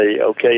okay